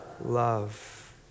love